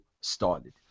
started